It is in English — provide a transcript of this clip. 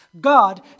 God